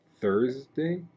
Thursday